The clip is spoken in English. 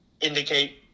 indicate